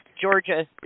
Georgia